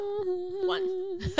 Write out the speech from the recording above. one